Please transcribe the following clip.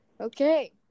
Okay